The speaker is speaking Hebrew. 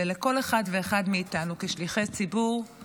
לכל אחד ואחד מאיתנו כשליחי ציבור הוא